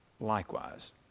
likewise